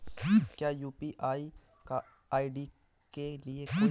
क्या UPI ID के लिए कोई चार्ज है?